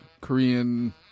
Korean